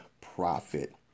profit